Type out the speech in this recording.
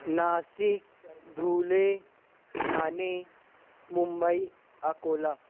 Nashik Dhule Thane Mumbai Akola